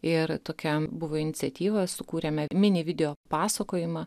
ir tokia buvo iniciatyvą sukūrėme mini video pasakojimą